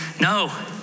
No